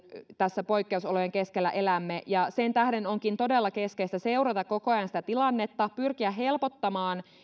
tässä poikkeusolojen keskellä elämme ja sen tähden onkin todella keskeistä seurata koko ajan sitä tilannetta pyrkiä helpottamaan